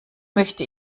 möchte